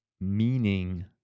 meaning